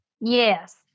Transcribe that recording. Yes